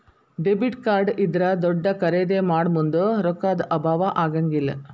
debit card ಇದ್ರಾ ದೊಡ್ದ ಖರಿದೇ ಮಾಡೊಮುಂದ್ ರೊಕ್ಕಾ ದ್ ಅಭಾವಾ ಆಗಂಗಿಲ್ಲ್